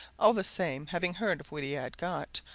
all the same, having heard of what he had got,